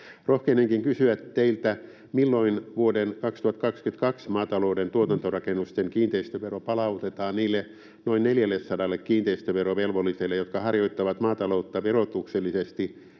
Rohkenenkin kysyä teiltä: milloin vuoden 2022 maatalouden tuotantorakennusten kiinteistövero palautetaan niille noin 400 kiinteistöverovelvolliselle, jotka harjoittavat maataloutta verotuksellisesti